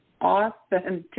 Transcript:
authentic